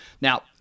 now